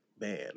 man